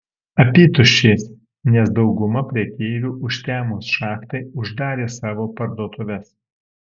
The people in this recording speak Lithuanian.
apytuščiais nes dauguma prekeivių užtemus šachtai uždarė savo parduotuves